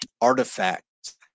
artifacts